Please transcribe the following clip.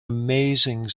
amazing